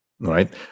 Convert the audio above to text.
right